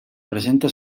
presenta